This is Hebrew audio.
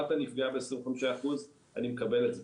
רת"א נפגעה ב-25% אני מקבל את זה.